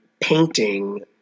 painting